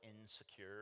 insecure